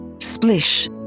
Splish